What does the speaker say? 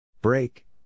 Break